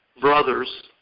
brothers